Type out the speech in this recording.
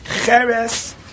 cheres